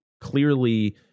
clearly